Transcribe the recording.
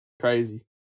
crazy